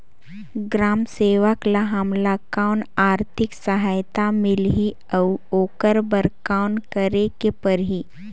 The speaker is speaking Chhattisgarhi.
ग्राम सेवक ल हमला कौन आरथिक सहायता मिलही अउ ओकर बर कौन करे के परही?